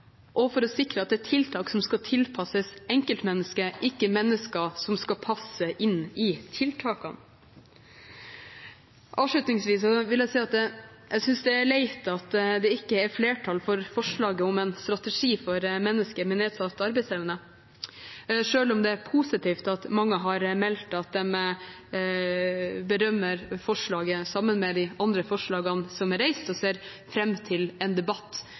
og for å sikre at det er tiltak som skal tilpasses enkeltmennesket, ikke mennesket som skal passe inn i tiltakene. Avslutningsvis vil jeg si at jeg synes det er leit at det ikke er flertall for forslaget om en strategi for mennesker med nedsatt arbeidsevne, selv om det er positivt at mange har meldt at de berømmer forslaget, sammen med de andre forslagene som er reist, og ser fram til en debatt